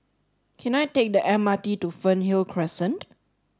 can I take the M R T to Fernhill Crescent